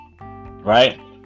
Right